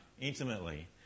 intimately